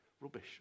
rubbish